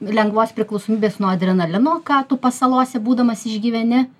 lengvos priklausomybės nuo adrenalino ką tu pasalose būdamas išgyveni